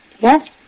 Yes